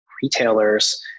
retailers